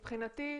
מבחינתי,